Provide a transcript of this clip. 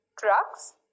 trucks